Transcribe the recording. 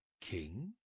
king